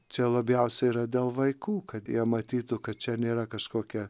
čia labiausiai yra dėl vaikų kad jie matytų kad čia nėra kažkokia